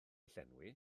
llenwi